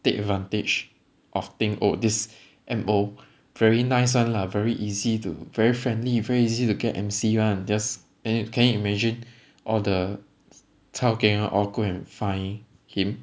take advantage of being oh this M_O very nice one lah very easy to very friendly very easy to get M_C [one] just then you can you imagine all chao keng [one] all go and find him